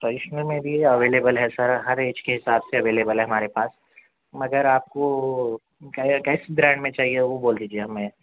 تواس میں بھی اویلیبل ہیں سر ہر ایج کے حساب سے اویلیبل ہیں ہمارے پاس مگر آپ کو کس برینڈ میں چاہیے وہ بول دیجیے ہمیں